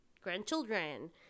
grandchildren